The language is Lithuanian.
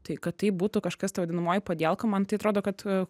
tai kad tai būtų kažkas ta vadinamoji padielka man tai atrodo kad